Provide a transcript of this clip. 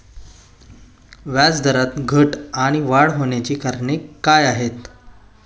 व्याजदरात घट आणि वाढ होण्याची कारणे काय आहेत?